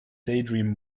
daydream